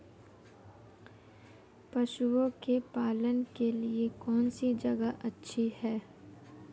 पशुओं के पालन के लिए कौनसी जगह अच्छी है?